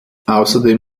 außerdem